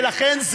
ולכן,